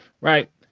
right